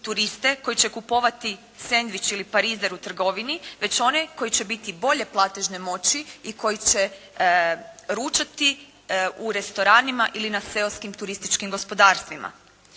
turiste koji će kupovati sendvič ili parizer u trgovini već one koji će biti bolje platežne moći i koji će ručati u restoranima ili na seoskim turističkim gospodarstvima.